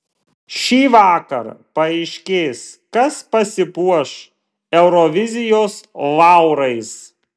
šįvakar paaiškės kas pasipuoš eurovizijos laurais